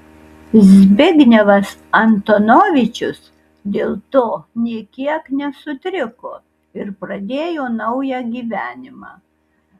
zbignevas antonovičius dėl to nė kiek nesutriko ir pradėjo naują gyvenimą